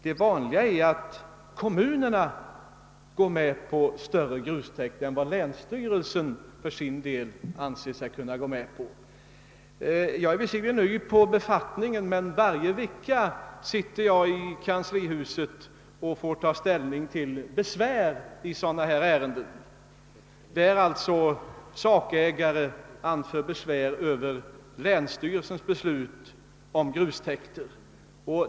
Det vanliga är att kommunerna går med på större grustäkt än vad länsstyrelsen anser sig kunna medge. Jag är visserligen ny i min befattning, men varje vecka får jag ta ställning till besvär från sakägare över länsstyrelsernas beslut om grustäkter.